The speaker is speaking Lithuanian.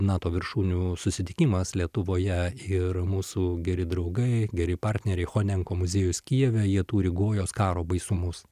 nato viršūnių susitikimas lietuvoje ir mūsų geri draugai geri partneriai honenko muziejaus kijeve jie turi gojos karo baisumus